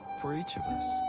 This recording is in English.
for each of us,